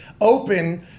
open